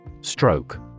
Stroke